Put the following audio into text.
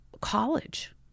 college